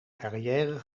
carrière